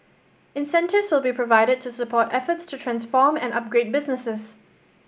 incentives will be provided to support efforts to transform and upgrade businesses